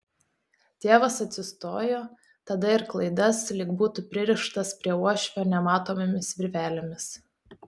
tėvas atsistojo tada ir klaidas lyg būtų pririštas prie uošvio nematomomis virvelėmis